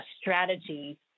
strategy